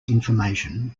information